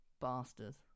Bastards